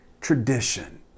tradition